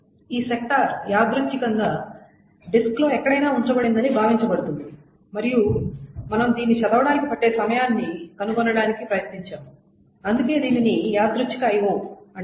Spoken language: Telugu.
ఈ సెక్టార్ యాదృచ్చికంగా డిస్క్లో ఎక్కడైనా ఉంచబడిందని భావించబడుతుంది మరియు మనము దీన్ని చదవటానికి పట్టే సమయాన్ని కనుగొనడానికి ప్రయత్నించాము అందుకే దీనిని యాదృచ్ఛిక IO అంటారు